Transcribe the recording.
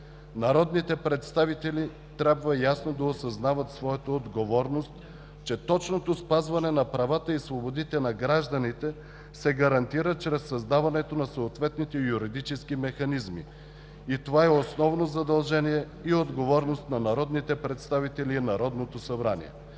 Народните представители трябва ясно да осъзнават своята отговорност, че точното спазване на правата и свободите на гражданите се гарантира, чрез създаването на съответните юридически механизми и това е основно задължение и отговорност на народните представители и Народното събрание.